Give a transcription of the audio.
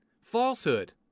falsehood